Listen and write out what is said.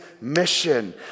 mission